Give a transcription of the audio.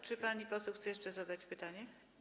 Czy pani poseł chce jeszcze zadać pytanie?